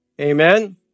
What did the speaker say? Amen